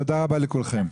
תודה רבה לכולכם.